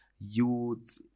youth